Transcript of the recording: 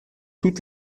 toutes